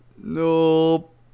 Nope